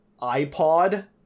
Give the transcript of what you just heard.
iPod